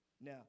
Now